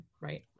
Right